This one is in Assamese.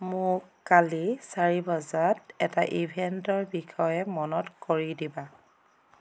মোক কালি চাৰি বজাত এটা ইভেণ্টৰ বিষয়ে মনত কৰি দিবা